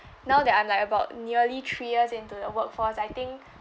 now that I'm like about nearly three years into the workforce I think